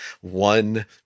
one